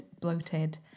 bloated